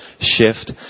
shift